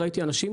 ראיתי אנשים